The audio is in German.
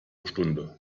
stunde